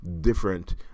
different